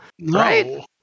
Right